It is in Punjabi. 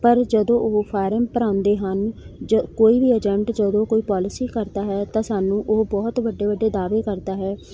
ਪਰ ਜਦੋਂ ਉਹ ਫਾਰਮ ਭਰਾਉਂਦੇ ਹਨ ਜਾਂ ਕੋਈ ਵੀ ਏਜੰਟ ਜਦੋਂ ਕੋਈ ਪੋਲਿਸੀ ਕਰਦਾ ਹੈ ਤਾਂ ਸਾਨੂੰ ਉਹ ਬਹੁਤ ਵੱਡੇ ਵੱਡੇ ਦਾਅਵੇ ਕਰਦਾ ਹੈ